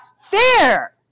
fair